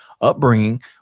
upbringing